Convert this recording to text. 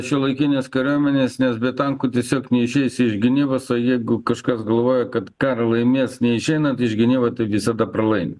šiuolaikinės kariuomenės nes be tankų tiesiog neišeis iš gynybos o jeigu kažkas galvoja kad karą laimės neišeinant iš gynybos tai visada pralaimi